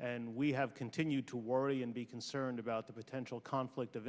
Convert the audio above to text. and we have continued to worry and be concerned about the potential conflict of